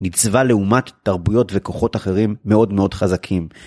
ניצבה לעומת תרבויות וכוחות אחרים מאוד מאוד חזקים.